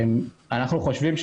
לדעתנו,